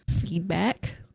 feedback